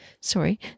Sorry